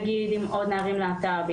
נגיד עם עוד נערים להט"בים.